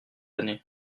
année